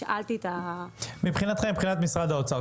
מבחינת משרד האוצר,